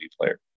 player